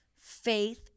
faith